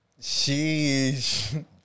Sheesh